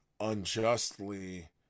unjustly